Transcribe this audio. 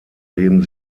leben